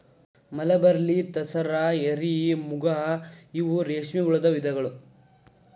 mulberry, tasar, eri, muga ಇವ ರೇಶ್ಮೆ ಹುಳದ ವಿಧಗಳು